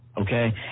okay